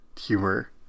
humor